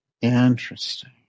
Interesting